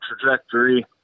trajectory